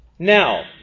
Now